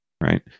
right